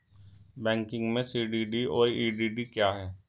Banking में CDD और EDD क्या हैं?